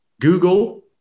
Google